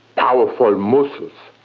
powerful muscles,